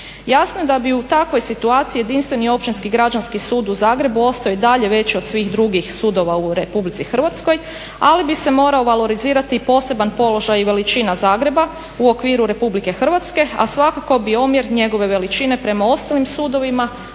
Jasno je da bi u takvoj situaciji jedinstveni Općinski građanski sud u Zagrebu ostao i dalje veći od svih drugih sudova u Republici Hrvatskoj ali bi se morao valorizirati i poseban položaj i veličina Zagreba u okviru Republike Hrvatske a svakako bi omjer njegove veličine prema ostalim sudovima